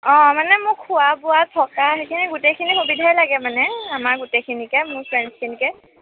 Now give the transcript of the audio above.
অঁ মানে মোক খোৱা বোৱা থকা সেইখিনি গোটেইখিনি সুবিধাই লাগে মানে আমাৰ গোটেইখিনিকে মোৰ ফ্ৰেণ্ডচখিনিকে